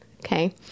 Okay